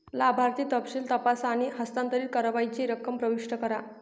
लाभार्थी तपशील तपासा आणि हस्तांतरित करावयाची रक्कम प्रविष्ट करा